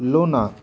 luna